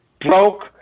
broke